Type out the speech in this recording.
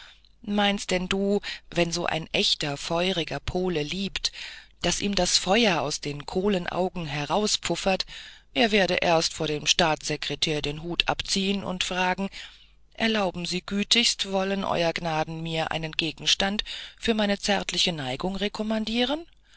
meinst denn du wenn so ein echter feuriger pole liebt daß ihm das feuer aus den kohlenaugen herauspfupfert er werde erst vor dem staatssekretär den hut abziehen und fragen erlauben sie gütigst wollen ew gnaden mir einen gegenstand für meine zärtlichen neigungen